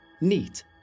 neat